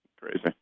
Crazy